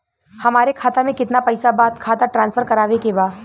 हमारे खाता में कितना पैसा बा खाता ट्रांसफर करावे के बा?